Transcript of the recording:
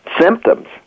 symptoms